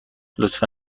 لطفا